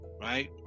right